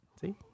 See